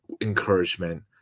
encouragement